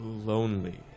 Lonely